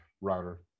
router